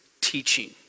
teaching